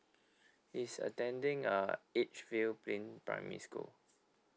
it's attending uh age field plain primary school